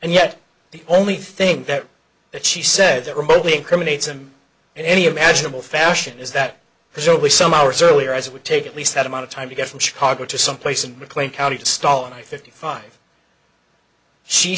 and yet the only thing that she said that remotely incriminates him in any imaginable fashion is that there's always some hours earlier as it would take at least that amount of time to get from chicago to someplace in